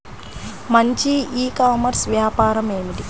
మంచి e commerce వ్యాపారం ఏమిటీ?